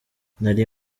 nari